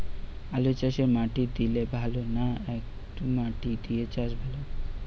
আলুচাষে মাটি দিলে ভালো না একমাটি দিয়ে চাষ ভালো?